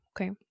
okay